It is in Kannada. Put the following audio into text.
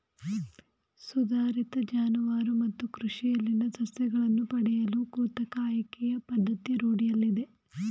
ಸುಧಾರಿತ ಜಾನುವಾರು ಮತ್ತು ಕೃಷಿಯಲ್ಲಿನ ಸಸ್ಯಗಳನ್ನು ಪಡೆಯಲು ಕೃತಕ ಆಯ್ಕೆಯ ಪದ್ಧತಿ ರೂಢಿಯಲ್ಲಿದೆ